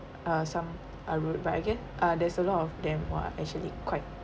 uh some are rude but again uh there's a lot of them who are actually quite